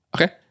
okay